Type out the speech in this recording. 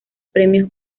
premios